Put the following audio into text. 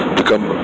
become